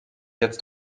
jetzt